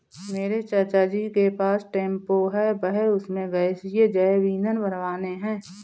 मेरे चाचा जी के पास टेंपो है वह उसमें गैसीय जैव ईंधन भरवाने हैं